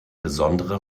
besondere